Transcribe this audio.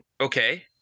Okay